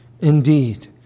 Indeed